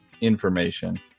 information